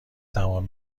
تمام